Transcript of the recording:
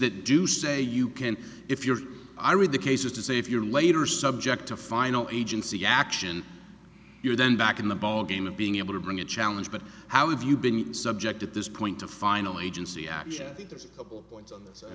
they do say you can't if you're i read the cases to say if you're late or subject to final agency action you're then back in the ballgame and being able to bring a challenge but how have you been subject at this point to finally agency actually i think there's a couple of points on this i